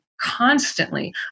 constantly